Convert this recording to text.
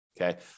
okay